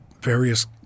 various